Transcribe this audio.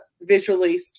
visually